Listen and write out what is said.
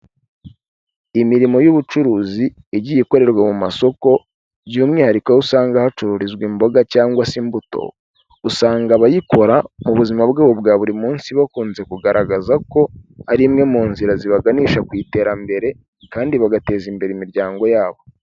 Imirimo y'ubucuruzi igiye ikorerwa mu masoko by'umwihariko aho usanga hacururizwa imboga cyangwa se imbuto, usanga abayikora mu buzima bwabo bwa buri munsi bakunze kugaragaza ko ari imwe mu nzira zibaganisha ku iterambere kandi bagateza imbere imiryango yabo.